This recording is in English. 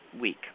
week